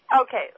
Okay